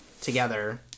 together